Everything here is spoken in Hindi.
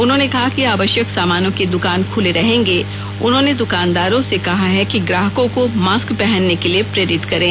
उन्होंने कहा कि आवश्यक सामानों की दुकान खुले रहेंगे उन्होंने दुकानदारों से कहा है कि ग्राहकों को मास्क पहनने के लिए प्रेरित करें